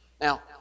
Now